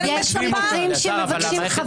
אני מצפה --- יש מקרים שמבקשים לקבל